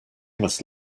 must